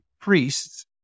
priests